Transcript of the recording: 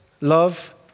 love